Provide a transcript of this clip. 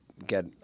Get